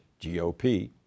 GOP